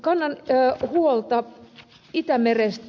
kannan huolta itämerestä